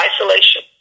isolation